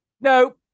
No